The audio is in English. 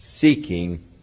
seeking